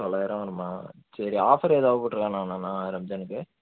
தொள்ளாயிரம் வருமா சரி ஆஃபர் எதா போட்ருக்கான்னா அண்ணா ரம்ஜானுக்கு